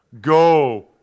Go